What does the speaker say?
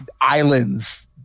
Islands